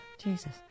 Jesus